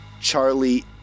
Charlie